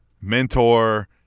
mentor